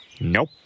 Nope